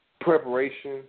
preparation